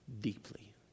Deeply